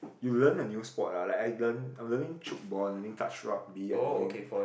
you learn a new sport lah like I learn I'm learning tchoukball I learning touch rugby I learning